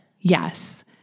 Yes